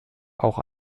auch